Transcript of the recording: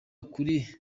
kuri